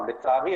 לצערי,